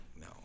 No